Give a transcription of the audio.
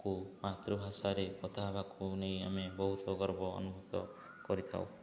କୁ ମାତୃଭାଷାରେ କଥା ହେବାକୁ ନେଇ ଆମେ ବହୁତ ଗର୍ବ ଅନୁଭୂତ କରିଥାଉ